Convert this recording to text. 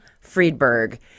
Friedberg